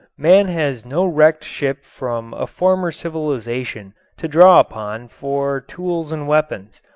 man has no wrecked ship from a former civilization to draw upon for tools and weapons,